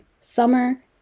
summer